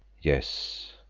yes,